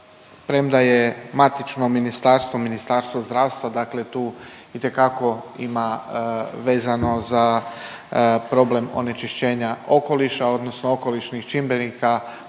Premda je matično ministarstvo, Ministarstvo zdravstva dakle tu itekako ima vezano za problem onečišćenja okoliša odnosno okolišnih čimbenika